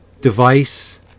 device